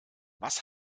was